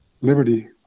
liberty